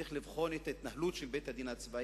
צריך לבחון את ההתנהלות של בית-הדין הצבאי,